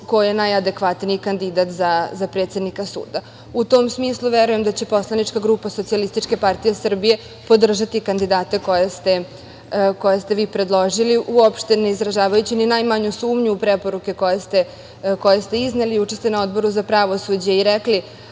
ko je najadekvatniji kandidat za predsednika suda.U tom smislu, verujem da će poslanička grupa SPS podržati kandidate koje ste vi predloži, uopšte ne izražavajući ni najmanju sumnju u preporuke koje ste izneli. Juče ste na Odboru za pravosuđe rekli